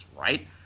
right